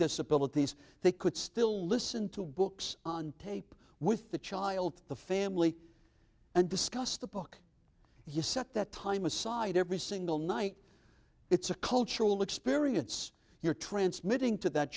disabilities they could still listen to books on tape with the child the family and discuss the book you set that time aside every single night it's a cultural experience you're transmitting to that